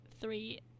three